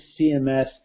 CMS